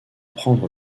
prendre